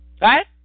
right